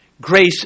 Grace